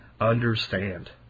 understand